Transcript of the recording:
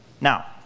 Now